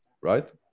right